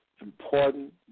important